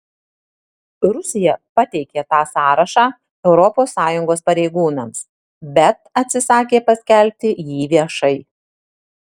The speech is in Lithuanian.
rusija pateikė tą sąrašą europos sąjungos pareigūnams bet atsisakė paskelbti jį viešai